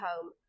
home